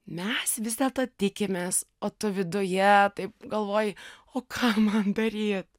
mes vis dėlto tikimės o tu viduje taip galvoji o ką man daryt